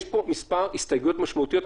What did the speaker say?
יש פה כמה הסתייגויות משמעותיות,